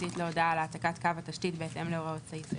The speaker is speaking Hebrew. התשתית להודעה על העתקת קו התשתית בהתאם להוראות סעיף (10),